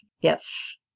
yes